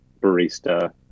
barista